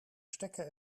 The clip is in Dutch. stekker